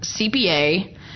CPA